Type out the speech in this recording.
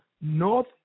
North